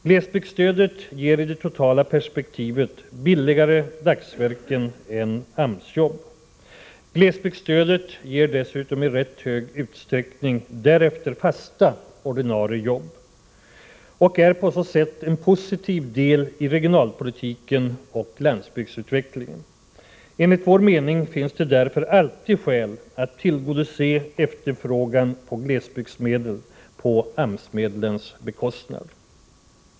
Glesbygdsstödet ger i det totala perspektivet billigare dagsverken än AMS-jobb. Det leder dessutom i rätt stor utsträckning till fasta ordinarie jobb och är på så sätt en positiv del i regionalpolitiken och landsbygdsutvecklingen. Enligt centerns mening finns det därför alltid skäl att tillgodose efterfrågan på glesbygdsmedel på AMS-medlens bekostnad.